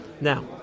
now